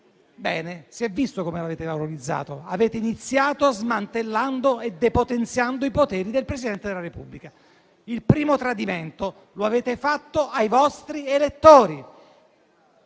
Bene, si è visto come l'avete valorizzato: avete iniziato smantellando e depotenziando i poteri del Presidente della Repubblica. Il primo tradimento lo avete fatto ai vostri elettori.